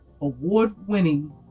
award-winning